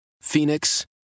Phoenix